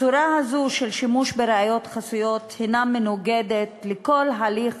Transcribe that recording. הצורה הזו של שימוש בראיות חסויות מנוגדת לכל הליך